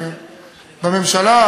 ובממשלה,